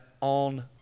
On